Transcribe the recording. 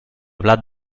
blat